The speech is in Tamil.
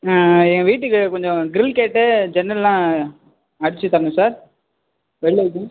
என் வீட்டுக்கு கொஞ்சம் க்ரில் கேட்டு ஜன்னலெல்லாம் அடிச்சுத் தரணும் சார் எவ்வளோ இது